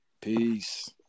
Peace